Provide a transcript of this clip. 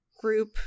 group